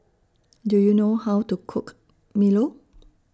Do YOU know How to Cook Milo